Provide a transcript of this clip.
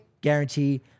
guarantee